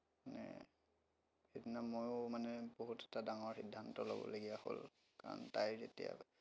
মানে সেইদিনা ময়ো মানে বহুত এটা ডাঙৰ সিদ্ধান্ত ল'বলগীয়া হ'ল কাৰণ তাইৰ এতিয়া